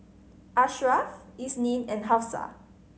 Ashraff Isnin and Hafsa